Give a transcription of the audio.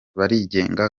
barigenga